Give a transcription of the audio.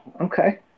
okay